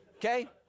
Okay